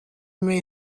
may